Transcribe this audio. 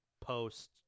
post